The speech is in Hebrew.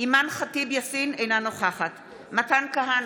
אימאן ח'טיב יאסין, אינה נוכחת מתן כהנא,